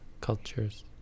cultures